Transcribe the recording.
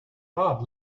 bob